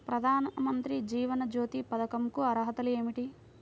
ప్రధాన మంత్రి జీవన జ్యోతి పథకంకు అర్హతలు ఏమిటి?